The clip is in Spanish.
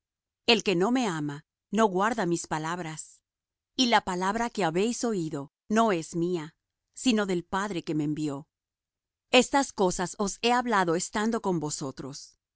el que no me ama no guarda mis palabras y la palabra que habéis oído no es mía sino del padre que me envió estas cosas os he hablado estando con vosotros